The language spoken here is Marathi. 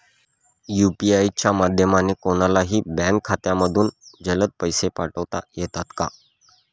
यू.पी.आय च्या माध्यमाने कोणलाही बँक खात्यामधून जलद पैसे पाठवता येतात का?